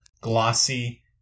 glossy